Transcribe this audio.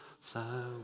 fly